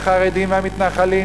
החרדים והמתנחלים,